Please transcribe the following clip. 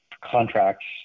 contracts